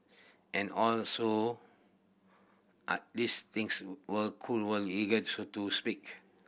and all so are these things were cool were illegal so to speak